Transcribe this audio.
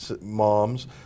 moms